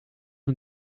een